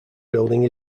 building